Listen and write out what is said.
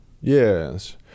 yes